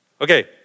okay